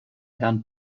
herrn